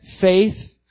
Faith